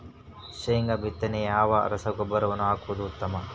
ಶೇಂಗಾ ಬಿತ್ತನೆಗೆ ಯಾವ ರಸಗೊಬ್ಬರವನ್ನು ಹಾಕುವುದು ಉತ್ತಮ?